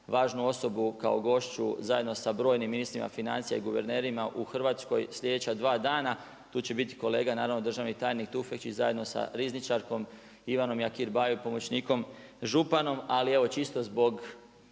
važnu osobu kao gošću zajedno sa brojnim ministrima financija i guvernerima u Hrvatskoj sljedeća dva dana. Tu će biti kolega naravno državni tajnik Tufekčić, zajedno sa rizničarkom Ivanom Jakir Bajo i pomoćnikom županom ali evo čisto zbog,